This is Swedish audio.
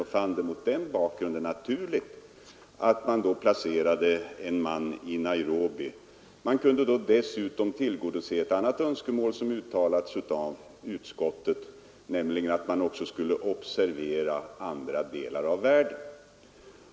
Och mot den bakgrunden fann regeringen det naturligt att placera en man i Nairobi. Därigenom kunde vi också tillgodose ett annat önskemål som uttalats av utskottet, nämligen att följa utvecklingen även i andra delar av världen.